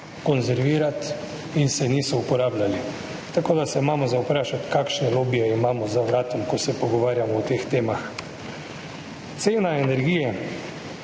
konzervirati in se niso uporabljali. Tako se moramo vprašati, kakšne lobije imamo za vratom, ko se pogovarjamo o teh temah. Cena energije.